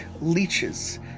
leeches